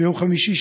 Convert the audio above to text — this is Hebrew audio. ביום חמישי,